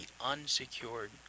unsecured